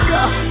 God